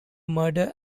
murder